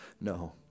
no